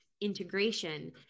integration